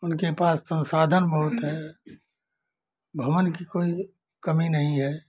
उनके पास संसाधन बहुत है भवन की कोई कमी नहीं है